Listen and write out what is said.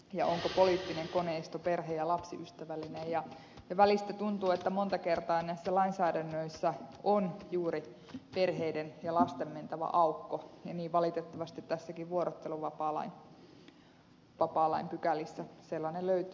jaaha poliittinen koneisto perhe ja lapsiystävällineneja ja välistä tuntuu että monta kertaa näissä lainsäädännöissä on juuri perheiden ja lasten mentävä aukko ja valitettavasti vuorotteluvapaalain pykälissäkin sellainen löytyy